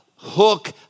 hook